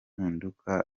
impinduka